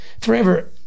forever